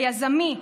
היזמי,